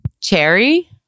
Cherry